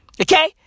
okay